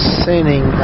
sinning